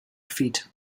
feet